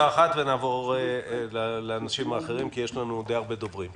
אחת ונעבור לאנשים האחרים כי יש לנו די הרבה דוברים,